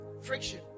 Friction